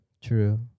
true